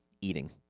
eating